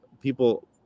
people